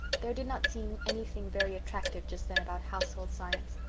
there did not seem anything very attractive just then about household science,